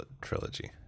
trilogy